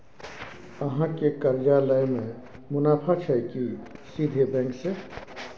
अहाँ से कर्जा लय में मुनाफा छै की सीधे बैंक से?